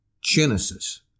Genesis